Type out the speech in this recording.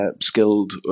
skilled